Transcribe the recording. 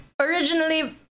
originally